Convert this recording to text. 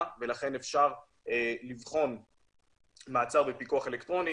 ולכן אפשר לבחון מעצר בפיקוח אלקטרוני.